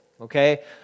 okay